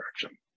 direction